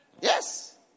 yes